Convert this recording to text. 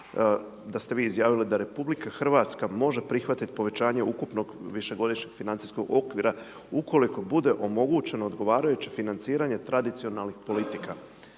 da ste vi izjavili da RH može prihvatiti povećanje ukupnog višegodišnjeg financijskog okvira ukoliko bude omogućeno odgovarajuće financiranje tradicionalnih politika